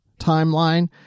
timeline